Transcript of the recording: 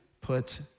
put